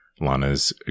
lana's